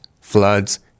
floods